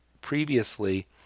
previously